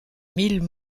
mille